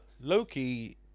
Loki